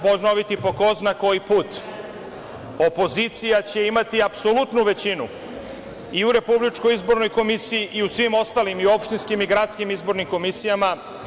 Ponoviću po ko zna koji put, opozicija će imati apsolutnu većinu i u Republičkoj izbornoj komisiji i u svim ostalim opštinskim i gradskim izbornim komisijama.